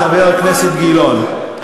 חבר הכנסת גילאון,